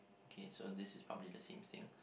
okay so this is probably the same thing